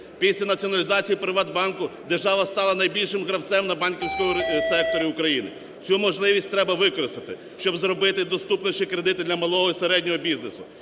Після націоналізації "ПриватБанку" держава стала найбільшим гравцем на банківському секторі України. Цю можливість треба використати, щоб зробити доступнішими кредити для малого і середнього бізнесу,